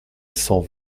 cent